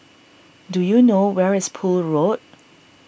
do you know where is Poole Road